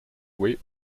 weight